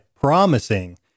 promising